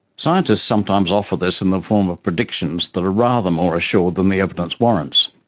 scientists sometimes offer this in the form of predictions that are rather more assured than the evidence warrants.